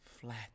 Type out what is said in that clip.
flat